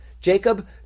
Jacob